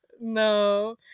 No